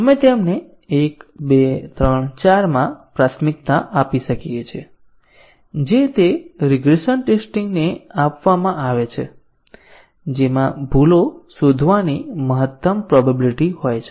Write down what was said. આપણે તેમને 1 2 3 4 માં પ્રાથમિકતા આપી શકીએ છીએ જે તે રિગ્રેસન ટેસ્ટીંગ ને આપવામાં આવે છે જેમાં ભૂલો શોધવાની મહત્તમ પ્રોબેબીલીટી હોય છે